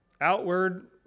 outward